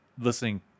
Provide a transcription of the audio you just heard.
listening